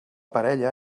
parella